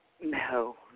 No